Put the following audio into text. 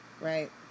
right